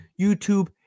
YouTube